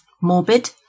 morbid